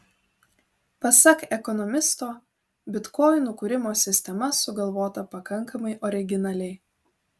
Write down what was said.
pasak ekonomisto bitkoinų kūrimo sistema sugalvota pakankamai originaliai